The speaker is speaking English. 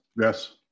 Yes